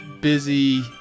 busy